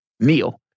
Neil